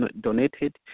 donated